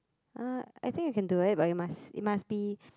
uh I think I can do it but it must it must be